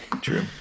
True